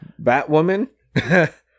Batwoman